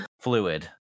fluid